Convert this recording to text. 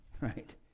right